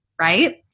right